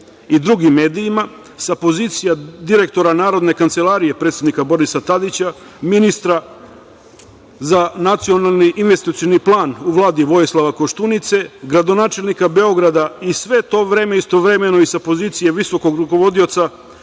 i drugim medijima, sa pozicija direktora Narodne kancelarije predsednika Borisa Tadića, ministra za NIP u Vladi Vojislava Koštunice, gradonačelnika Beograda i sve to vreme istovremeno i sa pozicije visokog rukovodioca